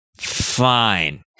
Fine